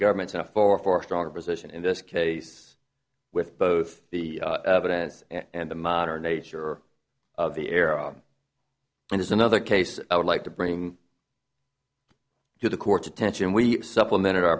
government enough for far stronger position in this case with both the evidence and the modern nature of the arrow and is another case i would like to bring to the court's attention we supplemented our